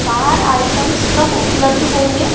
car items कब उपलब्ध होंगे